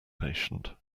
patient